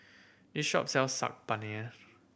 this shop sells Saag Paneer